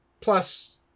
plus